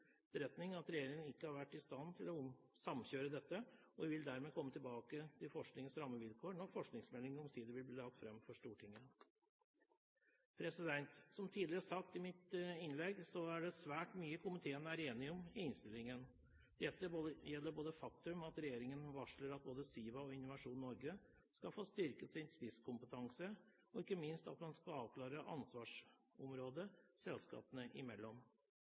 etterretning at regjeringen ikke har vært i stand til å samkjøre dette, og vi vil dermed komme tilbake til forskningens rammevilkår når forskningsmeldingen omsider vil bli lagt fram for Stortinget. Som tidligere sagt i mitt innlegg, er det svært mye komiteen er enig om i innstillingen. Dette gjelder både det faktum at regjeringen varsler at både SIVA og Innovasjon Norge skal få styrket sin spisskompetanse, og – ikke minst – at man skal avklare ansvarsområdet selskapene imellom.